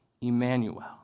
Emmanuel